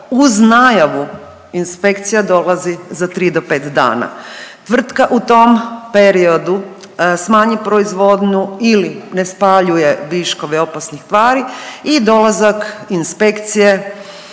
uz najavu inspekcija dolazi za 3 do 5 dana. Tvrtka u tom periodu smanji proizvodnju ili ne spaljuje viškove opasnih tvari i dolazak inspekcije,